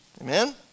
Amen